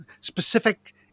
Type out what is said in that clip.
specific